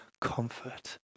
comfort